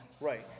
Right